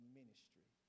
ministry